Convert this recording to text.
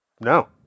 No